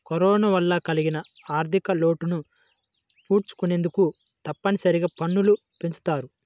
corona వల్ల కలిగిన ఆర్ధికలోటును పూడ్చుకొనేందుకు తప్పనిసరిగా పన్నులు పెంచుతారు